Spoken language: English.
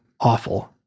awful